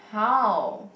how